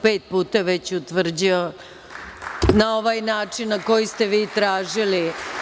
Pet puta već utvrđujemo na ovaj način na koji ste vi tražili.